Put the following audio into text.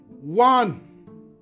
one